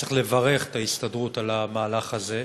שצריך לברך את ההסתדרות על המהלך הזה,